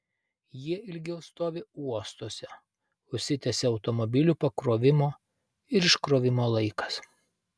jie ilgiau stovi uostuose užsitęsia automobilių pakrovimo ir iškrovimo laikas